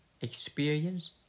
experience